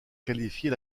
qualifier